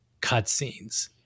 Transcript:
cutscenes